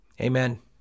Amen